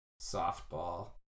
softball